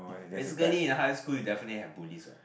basically in a high school you definitely have bullies what